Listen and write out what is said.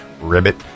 Ribbit